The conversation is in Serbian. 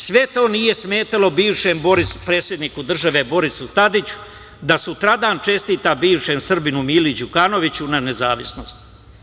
Sve to nije smetalo bivšem predsedniku države Borisu Tadiću da sutradan čestita bivšem Srbinu Mili Đukanoviću nezavisnost.